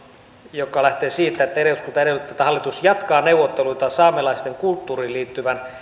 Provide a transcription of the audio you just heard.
joka lähtee siitä että eduskunta edellyttää että hallitus jatkaa neuvotteluita saamelaisten kulttuuriin liittyvän